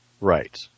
Right